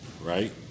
right